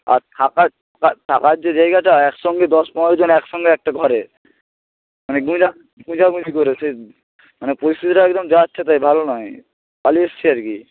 আর থাকার থাকার থাকার যে জায়গাটা একসঙ্গে দশ পনেরোজন একসঙ্গে একটা ঘরে মানে গুঁজা গুঁজাগুঁজি করে সে মানে পরিস্থিতিটা একদম যাচ্ছেতাই ভালো নয় পালিয়ে এসেছি আর কি